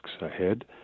ahead